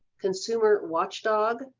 consumer watchdog,